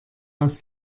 aus